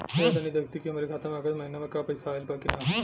भईया तनि देखती की हमरे खाता मे अगस्त महीना में क पैसा आईल बा की ना?